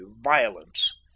violence